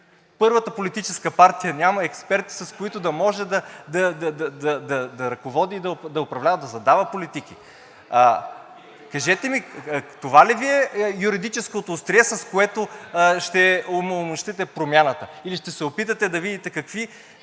Първата политическа партия няма експерти, с които да може да ръководи, да управлява, да задава политиките. Кажете ми, това ли Ви е юридическото острие, с което ще омаломощите Промяната, или ще се опитате да видите какви